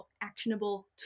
actionable